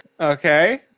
Okay